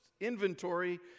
inventory